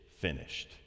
finished